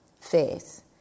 faith